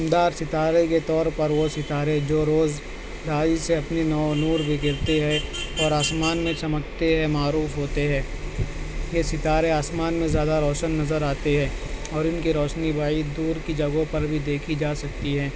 دمدار ستارے کے طور پر وہ ستارے جو روز ڈھائی سے اپنے نو نور بکھیرتے ہے اور آسمان میں چمکتے ہے معروف ہوتے ہے یہ ستارے آسمان میں زیادہ روشن نظر آتے ہے اور ان کی روشنی بعید دور کی جگہوں پر بھی دیکھی جا سکتی ہے